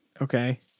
Okay